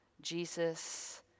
Jesus